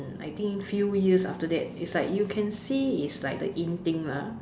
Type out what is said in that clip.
I think few years after that is like you can see is like the in thing lah